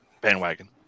bandwagon